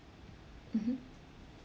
mmhmm